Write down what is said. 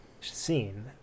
scene